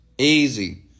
Easy